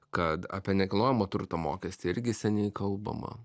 kad apie nekilnojamo turto mokestį irgi seniai kalbama